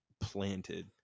planted